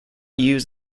use